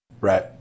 Right